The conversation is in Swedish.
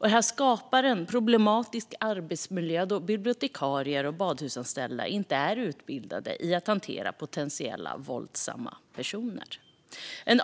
Det här skapar en problematisk arbetsmiljö, då bibliotekarier och badhusanställda inte är utbildade i att hantera potentiellt våldsamma personer.